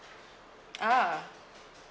ah